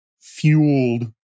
fueled